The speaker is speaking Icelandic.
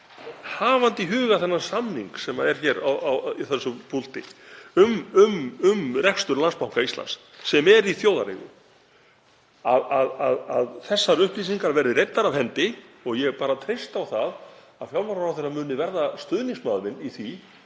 hafandi í huga þennan samning sem er hér í þessu púlti, um rekstur Landsbanka Íslands, sem er í þjóðareigu, að þessar upplýsingar verði reiddar af hendi. Ég treysti bara á það að fjármálaráðherra muni verða stuðningsmaður minn í því